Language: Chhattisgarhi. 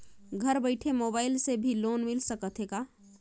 घर बइठे मोबाईल से भी लोन मिल सकथे का?